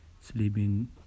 sleeping